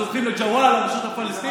אז הופכים לג'וואל, לרשות הפלסטינית?